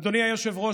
אדוני היושב-ראש,